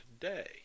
today